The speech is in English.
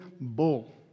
bull